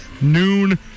noon